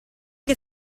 che